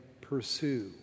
pursue